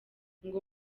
ngo